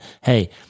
hey